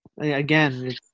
Again